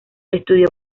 estudió